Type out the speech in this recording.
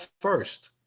first